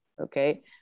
Okay